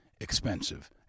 expensive